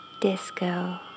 disco